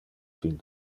fin